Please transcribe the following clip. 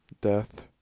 death